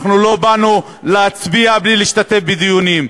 אנחנו לא באנו להצביע בלי להשתתף בדיונים.